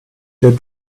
der